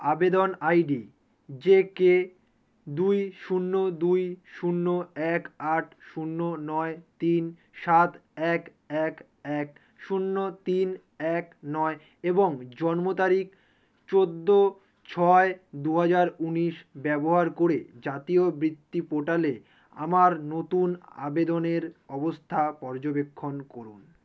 আবেদন ID JK দুই শূন্য দুই শূন্য এক আট শূন্য নয় তিন সাত এক এক এক শূন্য তিন এক নয় এবং জন্ম তারিখ চোদ্দ ছয় দু হাজার উনিশ ব্যবহার করে জাতীয় বৃত্তি পোর্টালে আমার নতুন আবেদনের অবস্থা পর্যবেক্ষণ করুন